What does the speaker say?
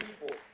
people